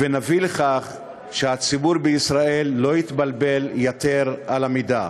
ונביא לכך שהציבור בישראל לא יתבלבל יתר על המידה.